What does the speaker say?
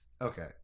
Okay